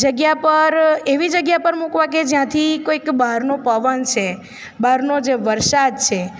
જગ્યા પર એવી જગ્યા પર મૂકવા કે જ્યાંથી કોઈક બહારનો પવન છે બહારનો જે વરસાદ છે